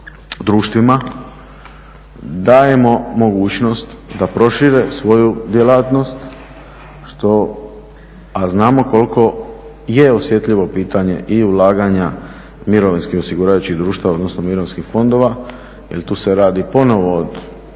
društvima dajemo mogućnost da prošire svoju djelatnost što, a znamo koliko je osjetljivo pitanje i ulaganja mirovinskih osiguravajućih društava, odnosno mirovinskih fondova, jer tu se radi ponovo od